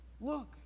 look